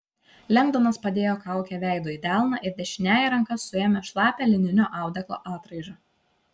lengdonas padėjo kaukę veidu į delną ir dešiniąja ranka suėmė šlapią lininio audeklo atraižą